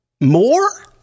more